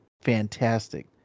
fantastic